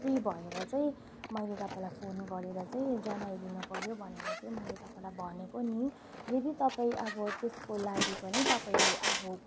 free भएर चाहिँ मैले तपाईँलाई फोन गरेर चाहिँ जनाइदिनु पऱ्यो भनेर चाहिँ मैले तपाईँलाई भनेको नि यदि तपाईँ अब त्यसको लागि पनि तपाईँले अब